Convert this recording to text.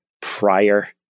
prior